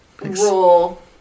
Roll